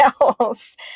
else